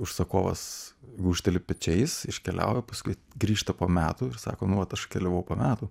užsakovas gūžteli pečiais iškeliauja paskui grįžta po metų ir sako nu vat aš atkeliavau po metų